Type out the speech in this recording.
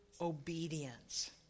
obedience